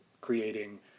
creating